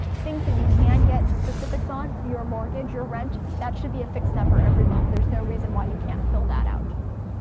things that you can get specifics on your mortgage, or rent that should be a fixed number every month there's no reason why you can't fill that out.